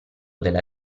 della